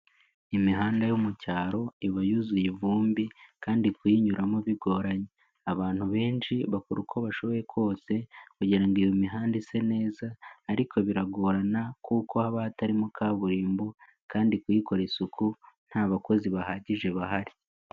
Imihanda yo mu cyaro iba yuzuye ivumbi kandi kuyinyuramo bigoranye. Abantu benshi bakora uko bashoboye kose kugira ngo iyo mihanda ise neza, ariko biragorana kuko haba hatarimo kaburimbo kandi kuyikora isuku nta bakozi bahagije bahari.